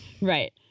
Right